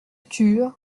turent